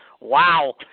Wow